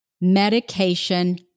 medication